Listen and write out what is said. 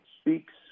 speaks